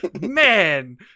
man